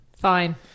fine